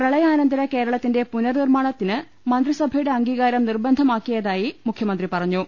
പ്രളയാനന്തര കേരളത്തിന്റെ പുനർ നിർമ്മാണത്തിന് മന്ത്രിസഭയുടെ അംഗീകാരം നിർബ ന്ധമാക്കിയതായി മുഖ്യമന്ത്രി പറഞ്ഞു